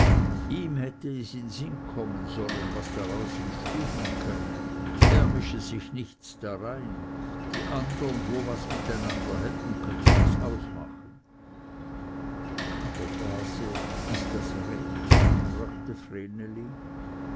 ihm hätte es in sinn kommen sollen was daraus entstehen könne er mische sich nicht darein die andern wo was mit einander hätten könnten es ausmachen aber base ist das recht fragte